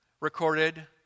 recorded